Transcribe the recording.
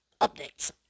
updates